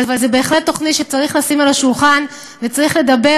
אבל זו בהחלט תוכנית שצריך לשים על השולחן וצריך לדבר